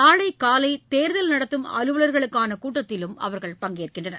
நாளைகாலைதேர்தல் நடத்தும் அலுவலர்களுக்கானகூட்டத்திலும் அவர்கள் பங்கேற்கின்றனர்